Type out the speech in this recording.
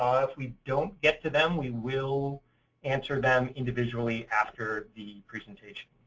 ah if we don't get to them, we will answer them individually after the presentation.